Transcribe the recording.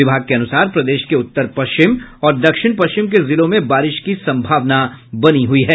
विभाग के अनुसार प्रदेश के उत्तर पश्चिम और दक्षिण पश्चिम के जिलों में बारिश की सम्भावना बनी हुई है